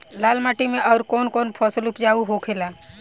लाल माटी मे आउर कौन कौन फसल उपजाऊ होखे ला?